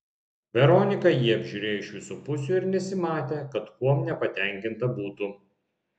veronika jį apžiūrėjo iš visų pusių ir nesimatė kad kuom nepatenkinta būtų